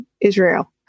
Israel